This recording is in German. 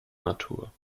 natur